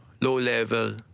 low-level